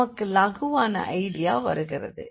நமக்கு இலகுவான ஐடியா வருகிறது